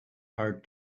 are